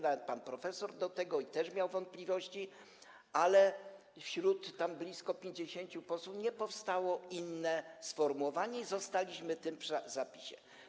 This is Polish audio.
Nawet pan profesor co do tego też miał wątpliwości, ale w gronie blisko 50 posłów nie powstało inne sformułowanie i zostaliśmy przy tym zapisie.